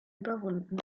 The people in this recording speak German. überwunden